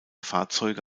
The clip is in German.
fahrzeuge